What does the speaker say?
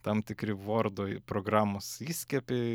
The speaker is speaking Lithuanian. tam tikri vordo i programos įskiepiai